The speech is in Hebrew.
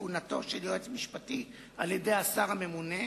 כהונתו של יועץ משפטי על-ידי השר הממונה.